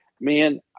man